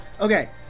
Okay